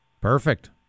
Perfect